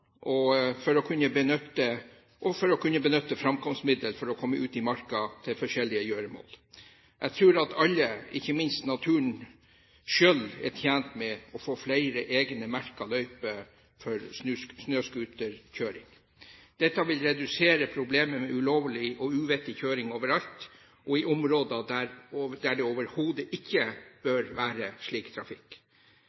og av å kunne benytte framkomstmidler for å komme ut i marka til forskjellige gjøremål. Jeg tror at alle, ikke minst naturen selv, er tjent med å få flere egne merkede løyper for snøscooterkjøring. Dette vil redusere problemet med ulovlig og uvettig kjøring overalt, også i områder der det overhodet ikke